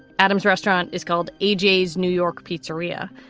adam's restaurant is called ajay's new york pizzeria.